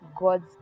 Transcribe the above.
God's